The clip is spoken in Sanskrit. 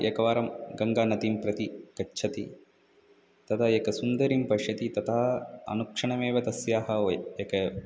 एकवारं गङ्गानदीं प्रति गच्छति तदा एकां सुन्दरीं पश्यति तथा अनुक्षणमेव तस्याः व एका